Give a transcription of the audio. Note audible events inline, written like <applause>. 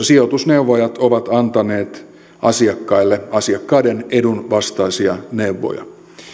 <unintelligible> sijoitusneuvojat ovat antaneet asiakkaille asiakkaiden edun vastaisia neuvoja